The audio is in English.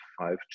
5g